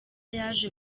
yaje